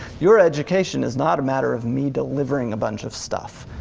your education is not a matter of me delivering a bunch of stuff.